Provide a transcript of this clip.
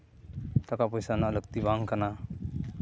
ᱴᱟᱠᱟ ᱯᱚᱭᱥᱟ ᱨᱮᱱᱟᱜ ᱞᱟᱹᱠᱛᱤ ᱵᱟᱝ ᱠᱟᱱᱟ